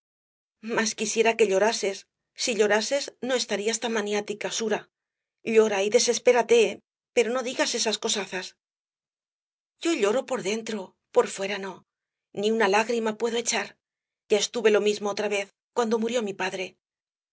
más quisiera que llorases si llorases no estarías tan maniática sura llora y desespérate pero no digas esas cosazas yo lloro por dentro por fuera no ni una lágrima puedo echar ya estuve lo mismo otra vez cuando murió mi padre repuso